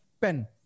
pen